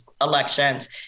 elections